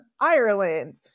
ireland